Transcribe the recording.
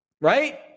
Right